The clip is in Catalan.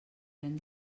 tren